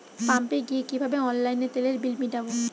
পাম্পে গিয়ে কিভাবে অনলাইনে তেলের বিল মিটাব?